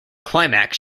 climax